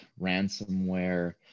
ransomware